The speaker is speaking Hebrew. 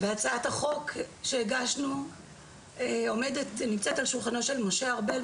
והצעת החוק שהגשנו נמצאת עם שולחנו של משה ארבל,